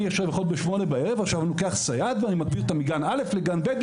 בשעה 8:00 בערב אני לוקח סייעת ומעביר אותה מגן א' לגן ב',